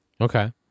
Okay